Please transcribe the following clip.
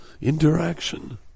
interaction